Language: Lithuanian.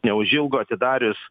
neužilgo atidarius